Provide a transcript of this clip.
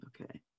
Okay